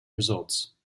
results